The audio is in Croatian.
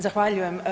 Zahvaljujem.